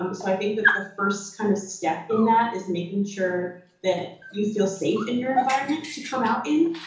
um so i think that the first kind of step in that is making sure that you feel safe in your environment to come out in,